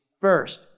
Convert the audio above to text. first